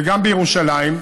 וגם בירושלים,